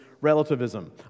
relativism